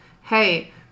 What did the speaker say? Hey